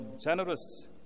generous